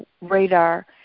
radar